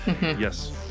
Yes